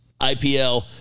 IPL